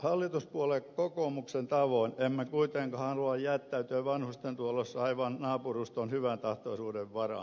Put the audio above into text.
hallituspuolue kokoomuksen tavoin emme kuitenkaan halua jättäytyä vanhustenhuollossa vain naapuruston hyväntahtoisuuden varaan